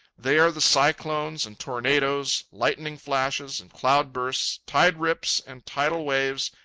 they are the cyclones and tornadoes, lightning flashes and cloud-bursts, tide-rips and tidal waves,